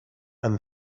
and